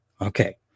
Okay